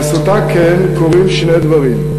בעשותה כן קורים שני דברים: